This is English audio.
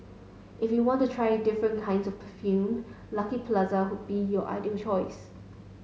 if you want to try different kinds of perfume Lucky Plaza could be your ideal choice